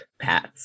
paths